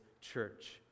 church